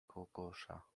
kokosza